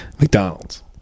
McDonald's